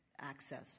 access